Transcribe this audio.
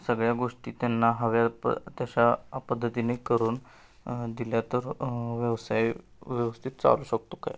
सगळ्या गोष्टी त्यांना हव्या प तशा पद्धतीने करून दिल्या तर व्यवसाय व्यवस्थित चालू शकतो काय